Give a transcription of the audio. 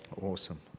Awesome